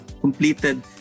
completed